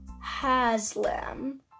Haslam